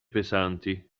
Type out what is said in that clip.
pesanti